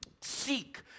Seek